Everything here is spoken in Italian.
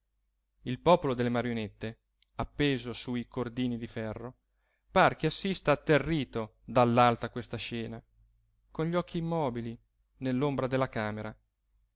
il popolo delle marionette appeso su i cordini di ferro par che assista atterrito dall'alto a questa scena con gli occhi immobili nell'ombra della camera